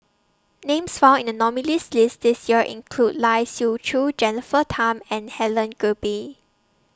Names found in The nominees' list This Year include Lai Siu Chiu Jennifer Tham and Helen Gilbey